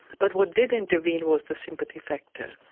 but what did intervene was the sympathy factor.